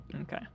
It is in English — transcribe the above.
Okay